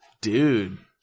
Dude